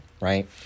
right